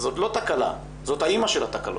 זאת לא תקלה, זאת האימא של התקלות.